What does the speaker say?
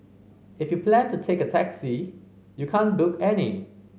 if you plan to take a taxi you can't book any